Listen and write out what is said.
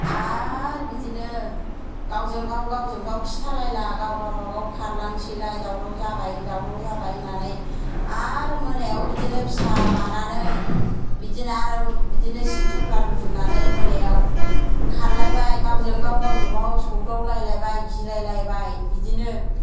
आरो बिदिनो गावजों गाव गावजोंगाव खिथालायला गाव गावबागाव खारलांसैलाय दावराव जाबाय दावराव जाबाय होन्नानै आरो मोनायाव बिदिनो फिसा बानानै बिदिनो आरो बिदिनो सि थफ्ला रुजुन्नानै मोनायाव खारलायबाय गावजों गाव गावजों गाव सोवदाव लायलायबाय गिलाय लायबाय बिदिनो